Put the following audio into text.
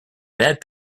bad